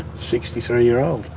sixty three years old.